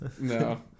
No